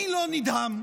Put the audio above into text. אני לא נדהם.